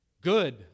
Good